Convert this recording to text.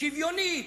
שוויונית,